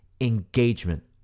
engagement